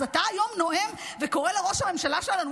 אז אתה היום נואם וקורא לראש הממשלה שלנו